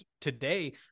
today